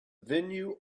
venue